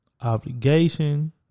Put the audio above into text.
obligation